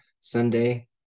Sunday